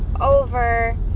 over